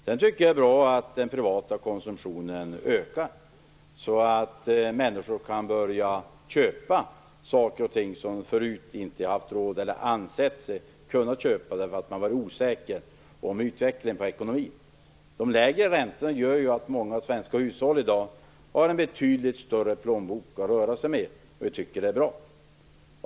Jag tycker att det är bra att den privata konsumtionen ökar, så att människor kan börja köpa saker och ting som de förut inte har haft råd att köpa eller inte har ansett sig kunna köpa därför att de var osäkra när det gäller utvecklingen av ekonomin. De lägre räntorna gör ju att många svenska hushåll i dag har en betydligt större plånbok att röra sig med, och det tycker vi är bra.